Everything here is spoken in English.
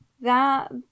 that-